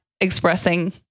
expressing